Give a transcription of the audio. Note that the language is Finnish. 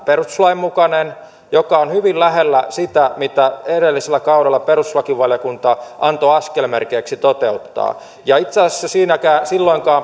perustuslain mukainen joka on hyvin lähellä sitä mitä edellisellä kaudella perustuslakivaliokunta antoi askelmerkeiksi toteuttaa ja itse asiassa silloin